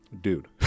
dude